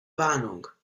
warnung